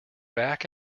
back